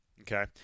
okay